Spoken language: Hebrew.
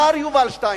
השר יובל שטייניץ,